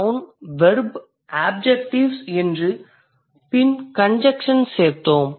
noon verb objectives என்று பின் conjunctions சேர்த்தோம்